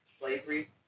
slavery